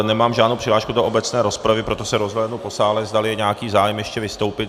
Nemám žádnou přihlášku do obecné rozpravy, proto se rozhlédnu po sále, zdali je nějaký zájem ještě vystoupit.